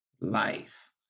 life